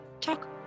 talk